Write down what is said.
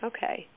Okay